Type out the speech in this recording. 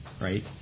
right